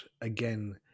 again